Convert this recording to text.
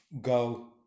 go